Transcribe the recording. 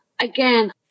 again